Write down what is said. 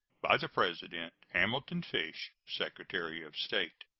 by the president hamilton fish, secretary of state.